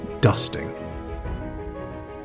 dusting